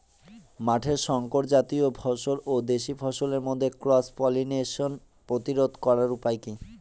মাঠের শংকর জাতীয় ফসল ও দেশি ফসলের মধ্যে ক্রস পলিনেশন প্রতিরোধ করার উপায় কি?